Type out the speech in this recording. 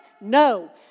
No